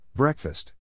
Breakfast